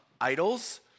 idols